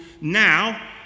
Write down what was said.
Now